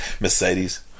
Mercedes